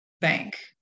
bank